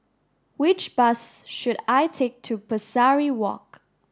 which bus should I take to Pesari Walk